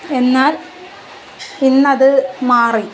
എന്നാൽ ഇന്നത് മാറി